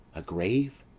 a grave?